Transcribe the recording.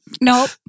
nope